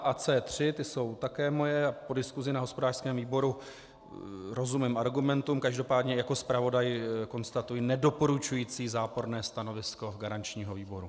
Ty jsou také moje a po diskusi na hospodářském výboru rozumím argumentům, každopádně jako zpravodaj konstatuji nedoporučující, záporné stanovisko garančního výboru.